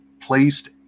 placed